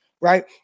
right